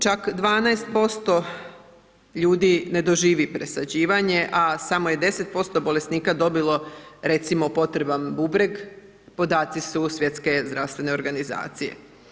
Čak 12% ljudi ne doživi presađivanje a samo je 10% bolesnika dobilo recimo potreban bubreg, podaci su svjetske zdravstvene organizacije.